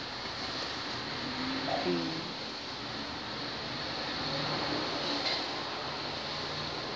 mm